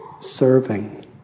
serving